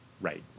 Right